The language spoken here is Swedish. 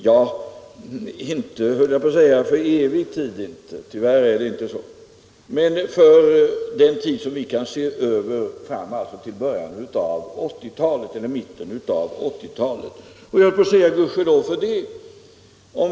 Ja, tyvärr inte för evig tid men för den tid som vi kan se över fram till början eller mitten av 1980-talet. Och jag höll på att säga: Gudskelov för det!